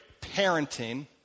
parenting